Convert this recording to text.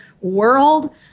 world